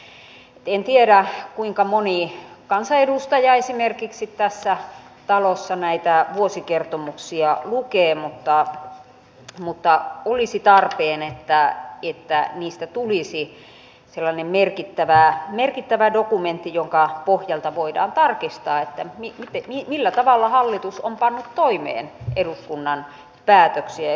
en tiedä kuinka moni kansanedustaja esimerkiksi tässä talossa näitä vuosikertomuksia lukee mutta olisi tarpeen että niistä tulisi sellainen merkittävä dokumentti jonka pohjalta voidaan tarkistaa millä tavalla hallitus on pannut toimeen eduskunnan päätöksiä ja eduskunnan tahtotilaa